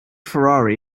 ferrari